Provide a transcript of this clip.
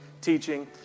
teaching